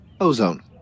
ozone